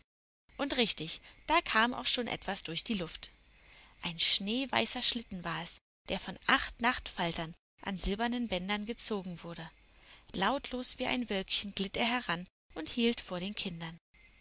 und richtig da kam auch schon etwas durch die luft ein schneeweißer schlitten war es der von acht nachtfaltern an silbernen bändern gezogen wurde lautlos wie ein wölkchen glitt er heran und hielt vor den kindern